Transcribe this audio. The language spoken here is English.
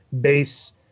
base